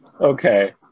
Okay